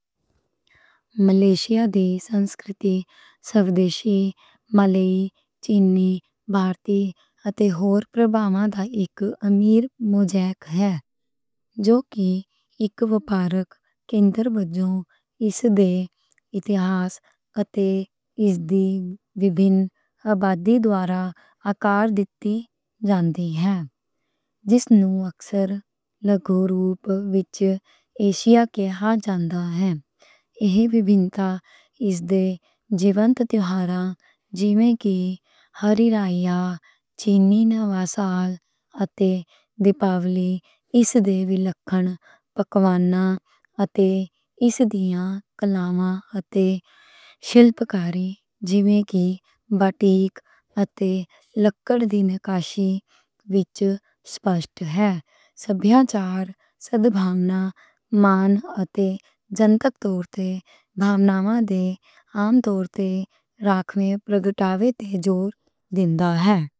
ملیشیا دی سنسکرتی سودیشی، ملائی، چینی، بھارتی اتے ہور پربھاواں دا اک امیر موزیک ہے۔ جو کہ اک انٹرپو وجوں، اس دے اتہاس اتے اس دی وکھ وکھ آبادیواں دوارہ اکار دتی جاندی ہے۔ جس نوں اکثر روپ وچ ایشیا کہیا جاندا ہے۔ ایہی وکھری وکھریتا اس دے جیونت تہواراں جیویں کہ ہری رایا، چینی نواں سال اتے دیوالی، اس دے وکھرے وکھرے پکوان اتے اس دیاں کلاواں اتے شلپ کاری جیویں کہ باتیک اتے لکڑی دی نقاشی وچ سپشت ہے۔ سبھیاچار سدھاونا، مان اتے جنتک طور تے بھاوناواں دے عام طور تے رکھے پرگٹاوے تے زور دینا ہے۔